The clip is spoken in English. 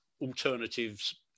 alternatives